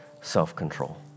self-control